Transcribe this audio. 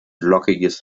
lockiges